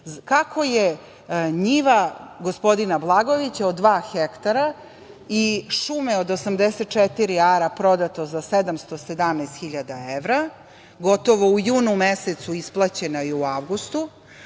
je njiva gospodina Blagojevića od dva hektara i šume od 84 ara prodato za 717.000 evra, gotovo u junu mesecu isplaćeno i u avgustu,